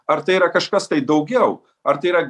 ar tai yra kažkas tai daugiau ar tai yra